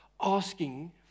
asking